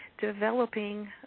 developing